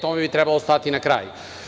Tome bi trebalo stati na kraj.